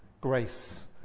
grace